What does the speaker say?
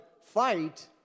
fight